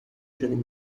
شدیم